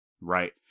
Right